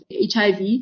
HIV